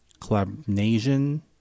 Collaboration